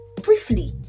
briefly